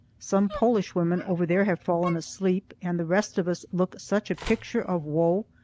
some polish women over there have fallen asleep, and the rest of us look such a picture of woe,